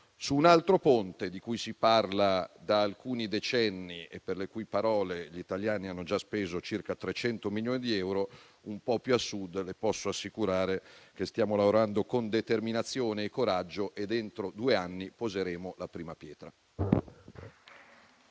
Su un altro ponte, di cui si parla da alcuni decenni e per le cui parole gli italiani hanno già speso circa 300 milioni di euro, un po' più a Sud, le posso assicurare che stiamo lavorando con determinazione e coraggio e che entro due anni poseremo la prima pietra.